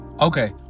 Okay